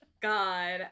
God